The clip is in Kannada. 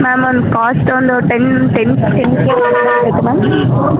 ಮ್ಯಾಮ್ ಒಂದು ಕಾಸ್ಟ್ ಒಂದು ಟೆನ್ ಟೆನ್ ಫಿಫ್ಟಿನ್ಗೆ ಮ್ಯಾಮ್